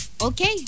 Okay